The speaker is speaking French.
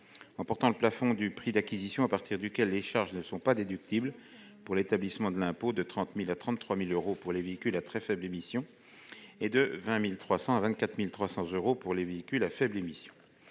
en portant le plafond du prix d'acquisition à partir duquel les charges ne sont pas déductibles pour l'établissement de l'impôt de 30 000 à 33 000 euros pour les véhicules à très faibles émissions et de 20 300 à 24 300 euros pour les véhicules à faibles émissions.